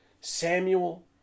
Samuel